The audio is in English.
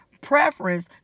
preference